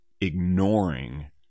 Ignoring